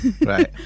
Right